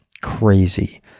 Crazy